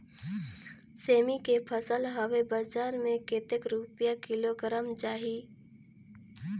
सेमी के फसल हवे बजार मे कतेक रुपिया किलोग्राम जाही?